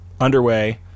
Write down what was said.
Underway